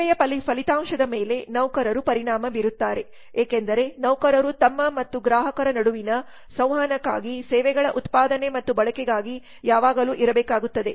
ಸೇವೆಯ ಫಲಿತಾಂಶದ ಮೇಲೆ ನೌಕರರು ಪರಿಣಾಮ ಬೀರುತ್ತಾರೆ ಏಕೆಂದರೆ ನೌಕರರು ತಮ್ಮ ಮತ್ತು ಗ್ರಾಹಕರ ನಡುವಿನ ಸಂವಹನಕ್ಕಾಗಿ ಸೇವೆಗಳ ಉತ್ಪಾದನೆ ಮತ್ತು ಬಳಕೆಗಾಗಿ ಯಾವಾಗಲೂ ಇರಬೇಕಾಗುತ್ತದೆ